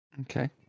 Okay